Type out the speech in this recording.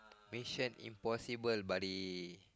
Mission-Impossible buddy